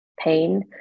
pain